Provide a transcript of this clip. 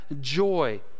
joy